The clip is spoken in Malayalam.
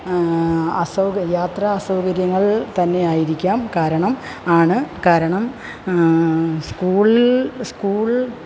അസൗക യാത്രാ അസൗകര്യങ്ങള് തന്നെയായിരിക്കാം കാരണം ആണ് കാരണം സ്കൂളില് സ്കൂളില്